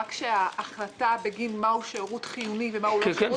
רק שההחלטה בגין מה הוא שירות חיוני ומה הוא לא שירות